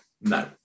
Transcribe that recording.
no